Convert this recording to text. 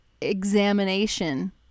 examination